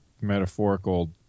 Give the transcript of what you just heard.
metaphorical